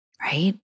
right